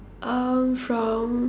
uh from